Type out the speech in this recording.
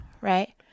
right